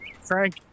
Frank